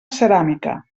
ceràmica